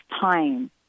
time